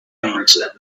answered